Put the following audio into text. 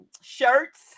shirts